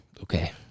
Okay